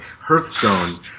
hearthstone